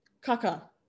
kaka